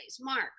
Mark